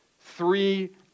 three